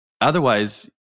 otherwise